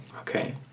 Okay